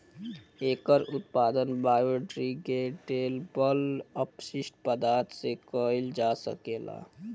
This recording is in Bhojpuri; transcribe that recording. एकर उत्पादन बायोडिग्रेडेबल अपशिष्ट पदार्थ से कईल जा सकेला